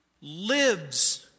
lives